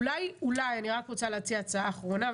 אולי אני רק רוצה להציע הצעה אחרונה,